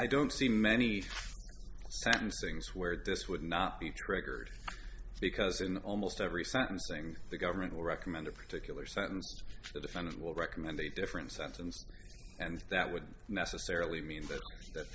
i don't see many things where this would not be triggered because in almost every sentencing the government will recommend a particular sentence or the defendant will recommend a different sentence and that would necessarily mean that th